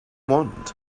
want